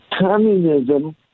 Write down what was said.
communism